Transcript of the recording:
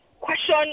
question